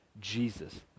Jesus